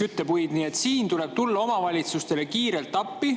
küttepuid. Nii et siin tuleb omavalitsustele kiirelt appi